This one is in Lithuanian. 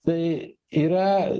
tai yra